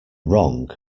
wrong